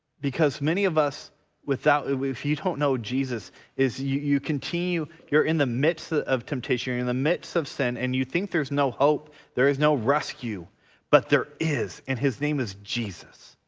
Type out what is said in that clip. because many of us without. if you don't know jesus is you continue you continue you're in the midst of temptation, you're in the midst of sin and you think there's no hope there is no rescue but there is and his name is jesus.